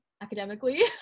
academically